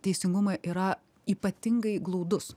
teisingumą yra ypatingai glaudus